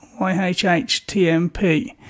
YHHTMP